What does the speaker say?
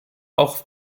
auch